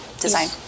design